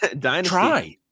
Try